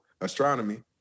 astronomy